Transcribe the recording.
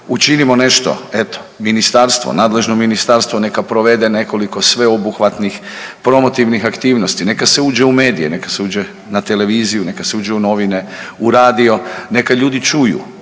Učinimo nešto, eto Ministarstvo, nadležno Ministarstvo neka provede nekoliko sveobuhvatnih promotivnih aktivnosti. Neka se uđe u medije, neka se uđe na televiziju, neka se uđe u novine, u radio. Neka ljudi čuju